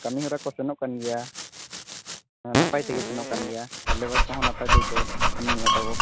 ᱠᱟᱹᱢᱤ ᱦᱚᱨᱟ ᱠᱚ ᱥᱮᱱᱚᱜ ᱠᱟᱱ ᱜᱮᱭᱟ ᱱᱟᱯᱟᱭ ᱛᱮᱜᱮ ᱥᱮᱱᱚᱜ ᱠᱟᱱ ᱜᱮᱭᱟ ᱟᱨ ᱞᱮᱵᱟᱨ ᱠᱚᱦᱚᱸ ᱱᱟᱯᱟᱭ ᱛᱮᱜᱮ ᱠᱚ ᱠᱟᱹᱢᱤᱭᱮᱫᱼᱟ ᱛᱟᱵᱚ